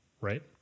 right